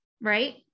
right